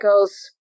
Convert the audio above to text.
goes